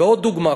ועוד דוגמה.